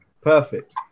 Perfect